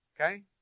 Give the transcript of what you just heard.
Okay